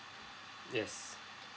yes